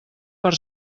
per